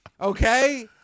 Okay